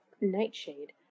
Nightshade